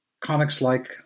comics-like